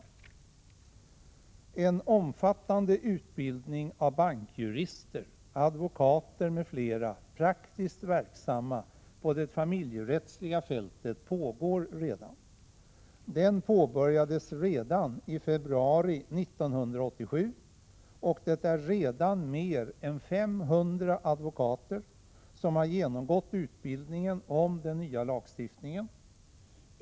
En omfattande utbildning av bankjurister, advokater m.fl. praktiskt verksamma på det familjerättsliga fältet pågår redan. Den påbörjades i februari i år, och mer än 500 advokater har genomgått utbildning om den nya lagstiftningen.